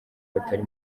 batari